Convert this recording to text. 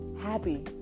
happy